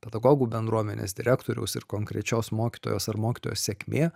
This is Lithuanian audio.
pedagogų bendruomenės direktoriaus ir konkrečios mokytojos ar mokytojo sėkmė